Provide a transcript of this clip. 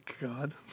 God